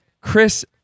Chris